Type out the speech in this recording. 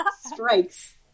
Strikes